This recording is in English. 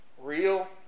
real